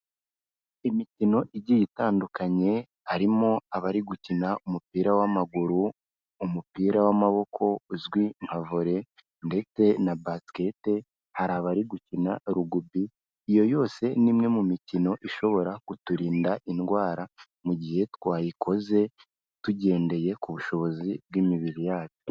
Imikino igiye itandukanye harimo abari gukina umupira w'amaguru, umupira w'amaboko uzwi nka Volley ndetse na Basket, hari abari gukina Rugby, iyo yose ni imwe mu mikino ishobora kuturinda indwara, mu gihe twayikoze tugendeye ku bushobozi bw'imibiri yacu.